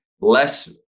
less